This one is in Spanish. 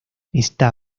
está